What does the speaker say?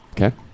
Okay